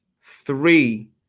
Three